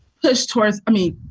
push towards i mean,